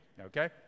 Okay